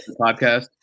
podcast